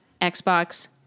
Xbox